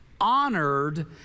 honored